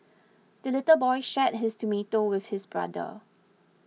the little boy shared his tomato with his brother